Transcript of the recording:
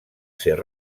ser